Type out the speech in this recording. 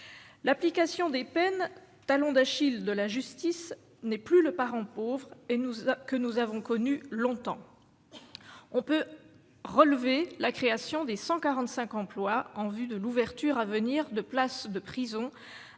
l'application des peines, talon d'Achille de la justice n'est plus le parent pauvre et nous a, que nous avons connu longtemps on peut relever la création des 145 emplois en vue de l'ouverture à venir de places de prison